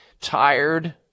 Tired